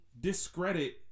discredit